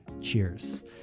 Cheers